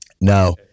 Now